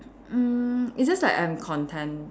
mm it's just like I'm content